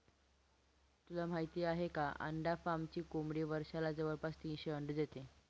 तुला माहित आहे का? अंडा फार्मची कोंबडी वर्षाला जवळपास तीनशे अंडी देते